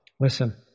Listen